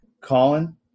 Colin